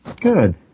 Good